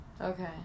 Okay